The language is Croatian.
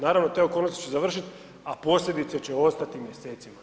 Naravno te okolnosti će se završiti, a posljedice će ostati mjesecima.